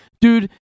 dude